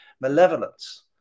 malevolence